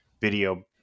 video